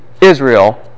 Israel